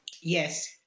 Yes